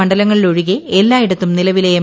മണ്ഡലങ്ങളിലൊഴികെ രണ്ട് എല്ലായിടത്തും നിലവിലെ എം